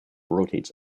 rotates